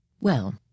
Well